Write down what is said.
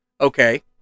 okay